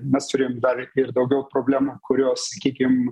mes turėjom dar ir daugiau problemų kurios sakykim